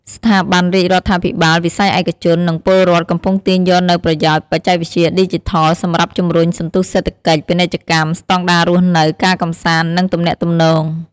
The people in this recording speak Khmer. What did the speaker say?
ស្ថាប័នរាជរដ្ឋាភិបាល វិស័យឯកជន និងពលរដ្ឋ កំពុងទាញយកនូវប្រយោជន៍បច្ចេកវិទ្យាឌីជីថល សម្រាប់ជម្រុញ សន្ទុះសេដ្ឋកិច្ច ពាណិជ្ជកម្ម ស្តង់ដាររស់នៅ ការកំសាន្ត និងទំនាក់ទំនង។